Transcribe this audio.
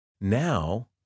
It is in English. Now